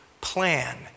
plan